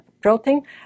protein